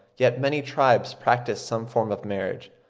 yet many tribes practise some form of marriage,